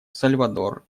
сальвадор